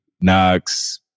Knox